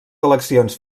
eleccions